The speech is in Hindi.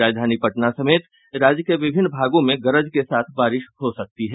राजधानी पटना समेत राज्य के विभिन्न भागों में गरज के साथ बारिश हो सकती है